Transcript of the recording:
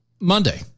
monday